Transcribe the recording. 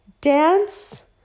dance